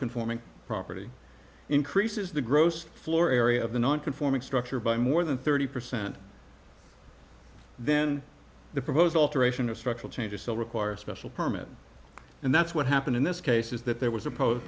conforming property increases the gross floor area of the non conforming structure by more than thirty percent then the proposed alteration of structural changes still require a special permit and that's what happened in this case is that there was a pos